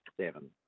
seven